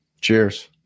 Cheers